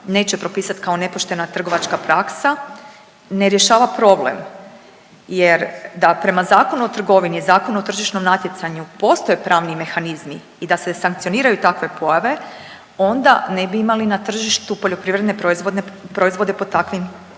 neće propisat kao nepoštena trgovačka praksa, ne rješava problem jer da prema Zakonu o trgovini i Zakonu o tržišnom natjecanju postoje pravni mehanizmi i da se sankcioniraju takve pojave onda ne bi imali na tržištu poljoprivredne proizvode po takvim cijenama.